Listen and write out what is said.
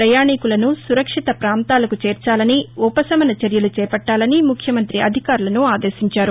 ప్రయాణీకులను సురక్షిత పాంతాలకు చేర్చాలని ఉపశమన చర్యలు చేపట్లాలని ముఖ్యమంతి అధికారులను ఆదేశించారు